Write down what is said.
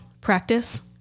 practice